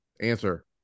answer